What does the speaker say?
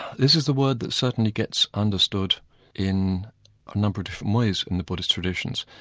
is is the word that certainly gets understood in a number of different ways in the buddhist traditions.